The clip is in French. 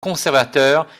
conservateur